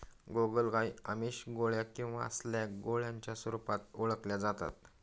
गोगलगाय आमिष, गोळ्या किंवा स्लॅग गोळ्यांच्या स्वरूपात ओळखल्या जाता